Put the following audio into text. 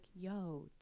yo